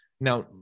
now